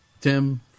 Tim